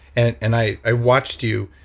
and and i i watched you,